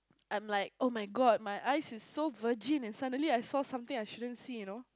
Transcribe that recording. I'm like oh-my-God my eyes is so virgin and suddenly I saw something I shouldn't see you know